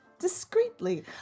discreetly